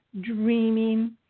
dreaming